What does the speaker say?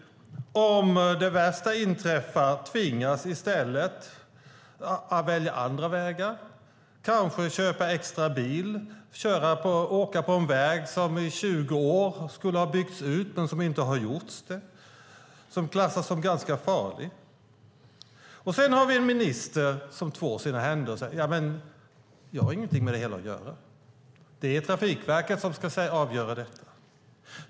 Om det värsta inträffar tvingas de nu att välja andra vägar, kanske köpa en extra bil, åka på en väg som sedan 20 år skulle ha byggts ut men som inte har gjorts och som klassas som ganska farlig. Sedan har vi en minister som tvår sina händer och säger: Ja, men jag har ingenting med det hela att göra. Det är Trafikverket som ska avgöra detta.